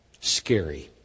scary